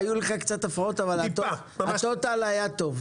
היו קצת הפרעות אבל הטוטל היה טוב.